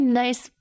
nice